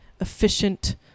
efficient